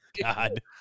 God